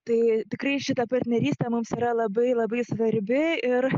tai tikrai šita partnerystė mums yra labai labai svarbi ir